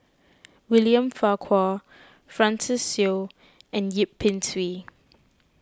William Farquhar Francis Seow and Yip Pin Xiu